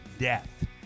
death